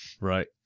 Right